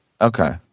Okay